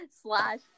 slash